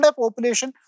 population